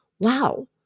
wow